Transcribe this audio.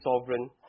Sovereign